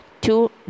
two